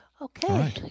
Okay